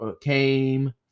came